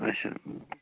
اَچھا